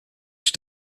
ich